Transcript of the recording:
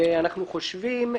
ואנחנו חושבים,